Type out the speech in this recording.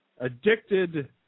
addicted